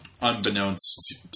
unbeknownst